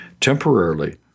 temporarily